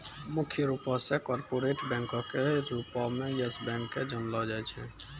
मुख्य रूपो से कार्पोरेट बैंको के रूपो मे यस बैंक के जानलो जाय छै